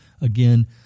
again